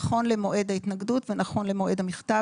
נכון למועד ההתנגדות ונכון למועד המכתב